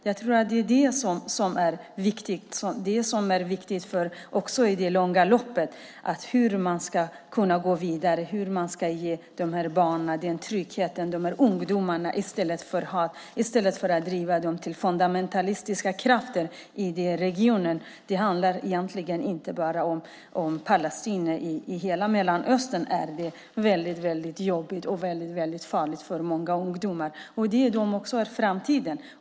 Jag tror att det är det viktiga i det långa loppet - hur man går vidare, hur man ger dessa barn och ungdomar trygghet i stället för hat och i stället för att driva dem till de fundamentalistiska krafterna i regionen. Det handlar egentligen inte bara om Palestina; i hela Mellanöstern är det väldigt jobbigt och väldigt farligt för många ungdomar. Och det är de som är framtiden.